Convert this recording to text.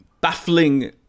baffling